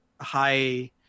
high